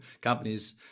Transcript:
companies